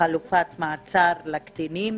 כחלופת מעצר לקטינים